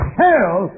hell